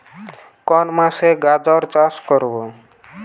কোন মাসে গাজর চাষ করব?